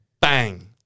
bang